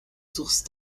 source